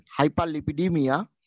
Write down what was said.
hyperlipidemia